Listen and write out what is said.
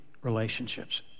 relationships